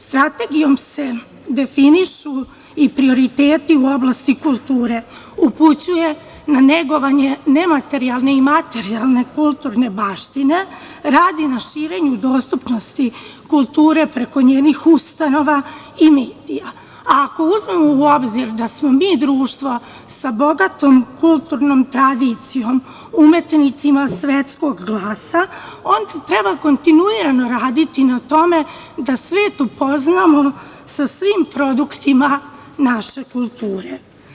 Strategijom se definišu i prioriteti u oblasti kulture, upućuje na negovanje nematerijalne i materijalne kulturne baštine, radi na širenju dostupnosti kulture preko njenih ustanova i medija, a ako uzmemo u obzir da smo mi društvo sa bogatom kulturnom tradicijom, umetnicima svetskog glasa, onda treba kontinuirano raditi na tome da svet upoznamo sa svim produktima naše kulture.